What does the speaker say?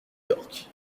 york